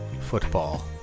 football